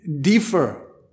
differ